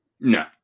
No